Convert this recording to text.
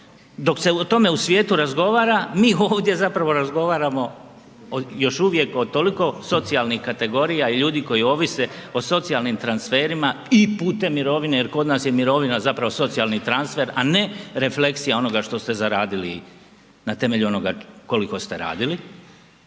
dok se o tome u svijetu razgovara mi ovdje zapravo razgovaramo još uvijek o toliko socijalnih kategorija i ljudi koji ovise o socijalnim transferima i putem mirovine, jer kod nas je mirovina zapravo socijalni transfer, a ne refleksija onoga što ste zaradili na temelju onoga koliko ste radili,